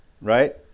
Right